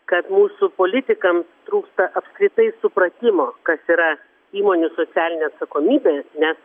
kad mūsų politikam trūksta apskritai supratimo kas yra įmonių socialinė atsakomybė nes